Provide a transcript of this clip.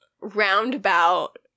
roundabout